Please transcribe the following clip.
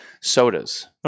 sodas